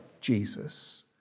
Jesus